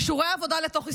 אישורי עבודה בתוך ישראל.